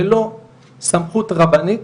ללא סמכות רבנית,